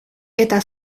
eta